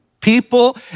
people